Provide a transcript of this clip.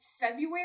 February